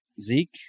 Zeke